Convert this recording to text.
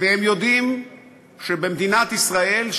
והם יודעים שבמדינת ישראל,